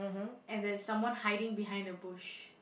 and there's someone hiding behind the bush